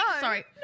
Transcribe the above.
sorry